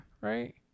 Right